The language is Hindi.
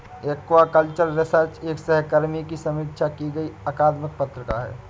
एक्वाकल्चर रिसर्च एक सहकर्मी की समीक्षा की गई अकादमिक पत्रिका है